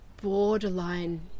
borderline